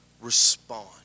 respond